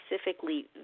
specifically